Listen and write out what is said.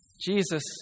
Jesus